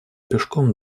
пешком